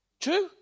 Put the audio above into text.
True